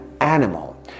animal